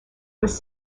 was